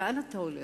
לאן אתה הולך?